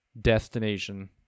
destination